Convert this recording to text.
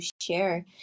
share